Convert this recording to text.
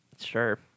Sure